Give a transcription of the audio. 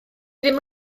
ddim